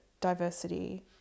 diversity